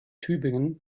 tübingen